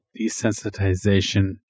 desensitization